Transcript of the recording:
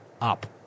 up